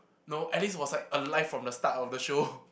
no Alice was like alive from the start of the show